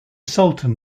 sultan